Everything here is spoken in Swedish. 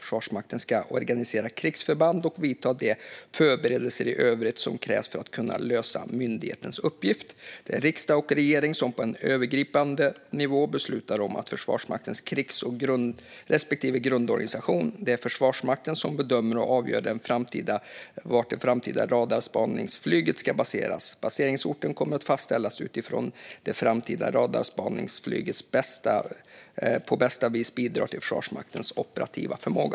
Försvarsmakten ska organisera krigsförband och vidta de förberedelser i övrigt som krävs för att kunna lösa myndighetens uppgift. Det är riksdag och regering som på en övergripande nivå beslutar om Försvarsmaktens krigs respektive grundorganisation. Det är Försvarsmakten som bedömer och avgör var det framtida radarspaningsflyget ska baseras. Baseringsorten kommer att fastställas utifrån hur det framtida radarspaningsflyget på bästa vis bidrar till Försvarsmaktens operativa förmåga.